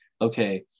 okay